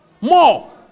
More